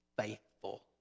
faithful